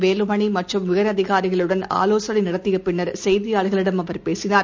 வேலுமணிமற்றும் உயரதிகாரிகளுடன் ஆலோசனைநடத்தியபின்னர் செய்தியாளர்களிடம் அவர் பேசினார்